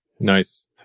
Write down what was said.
Nice